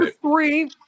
three